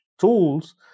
tools